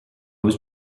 was